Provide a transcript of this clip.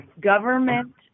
government